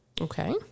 Okay